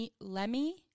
Lemmy